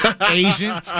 Asian